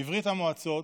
בברית המועצות,